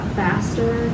faster